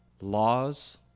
laws